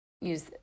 use